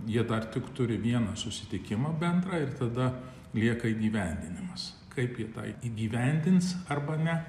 jie dar tik turi vieną susitikimą bendrą ir tada lieka įgyvendinimas kaip jie tą įgyvendins arba ne